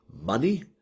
money